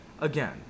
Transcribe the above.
Again